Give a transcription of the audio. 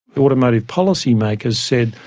automotive policymakers said,